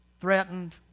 threatened